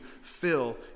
fill